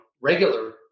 regular